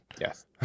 Yes